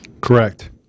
correct